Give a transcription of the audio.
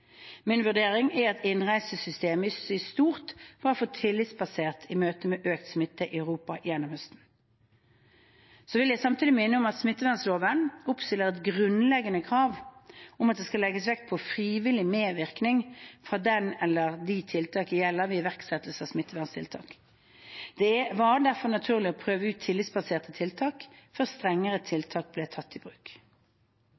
Min vurdering er at innreisesystemet i stort var for tillitsbasert i møte med økt smitte i Europa gjennom høsten. Jeg vil samtidig minne om at smittevernloven oppstiller et grunnleggende krav om at det skal legges vekt på frivillig medvirkning fra den eller de tiltaket gjelder, ved iverksettelse av smitteverntiltak. Det var derfor naturlig å prøve ut tillitsbaserte tiltak før strengere